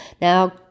Now